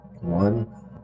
One